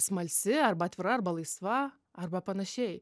smalsi arba atvira arba laisva arba panašiai